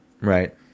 Right